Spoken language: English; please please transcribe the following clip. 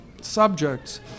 subjects